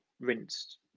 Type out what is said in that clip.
rinsed